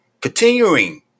continuing